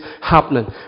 happening